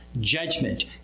judgment